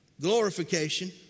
glorification